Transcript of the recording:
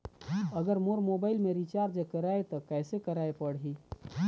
अगर मोर मोबाइल मे रिचार्ज कराए त कैसे कराए पड़ही?